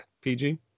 PG